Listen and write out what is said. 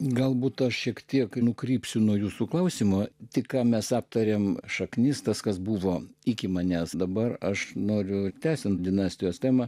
galbūt aš šiek tiek nukrypsiu nuo jūsų klausimo tik ką mes aptarėme šaknis tas kas buvo iki manęs dabar aš noriu tęsiant dinastijos temą